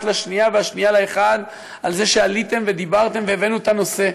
לשנייה והשנייה לאחד על זה שעליתם ודיברתם והבאנו את הנושא,